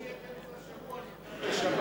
אחרי שיהיה באמצע השבוע נדאג לשבת.